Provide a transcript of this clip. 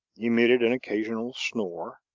emitted an occasional snore